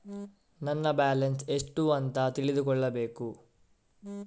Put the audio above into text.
ನನ್ನ ಬ್ಯಾಲೆನ್ಸ್ ಎಷ್ಟು ಅಂತ ತಿಳಿದುಕೊಳ್ಳಬೇಕು?